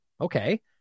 Okay